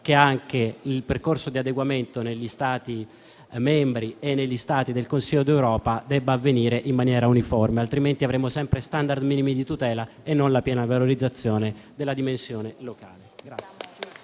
che anche il percorso di adeguamento negli Stati membri e negli Stati del Consiglio d'Europa avvenga in maniera uniforme. Altrimenti, avremo sempre *standard* minimi di tutela e non la piena valorizzazione della dimensione locale.